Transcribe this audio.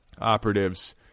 operatives